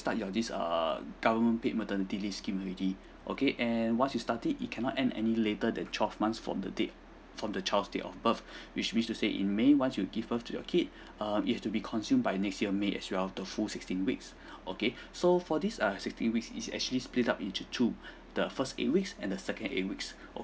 start your this err government paid maternity leave scheme already okay and once you start it you cannot end any later than twelve months from the date from the child's date of birth which mean to say in may once you give birth to your kid um if has to be consumed by next year may as well the full sixteen weeks okay so for this uh sixty weeks is actually split up into two the first eight weeks and the second eight weeks